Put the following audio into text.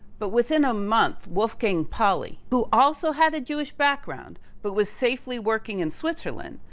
but within a month wolfgang pauli, who also had a jewish background, but was safely working in switzerland,